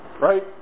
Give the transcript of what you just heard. right